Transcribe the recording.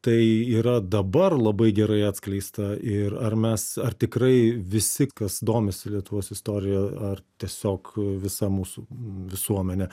tai yra dabar labai gerai atskleista ir ar mes ar tikrai visi kas domisi lietuvos istorija ar tiesiog visa mūsų visuomene